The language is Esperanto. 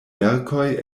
verkoj